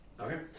Okay